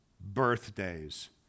birthdays